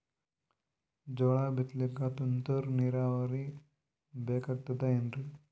ಜೋಳ ಬಿತಲಿಕ ತುಂತುರ ನೀರಾವರಿ ಬೇಕಾಗತದ ಏನ್ರೀ?